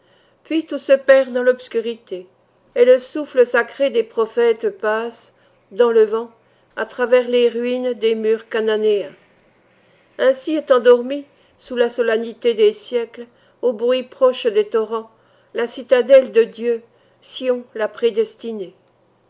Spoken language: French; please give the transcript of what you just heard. puis tout se perd dans l'obscurité et le souffle sacré des prophètes passe dans le vent à travers les ruines des murs chananéens ainsi est endormie sous la solennité des siècles aux bruits proches des torrents la citadelle de dieu sion la prédestinée